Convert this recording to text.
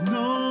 no